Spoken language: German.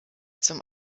zum